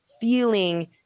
feeling